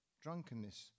drunkenness